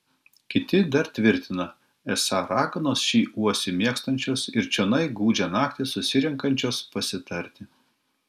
kiti dar tvirtina esą raganos šį uosį mėgstančios ir čionai gūdžią naktį susirenkančios pasitarti